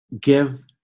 give